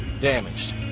damaged